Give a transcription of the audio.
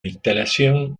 instalación